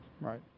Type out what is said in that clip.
right